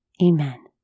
Amen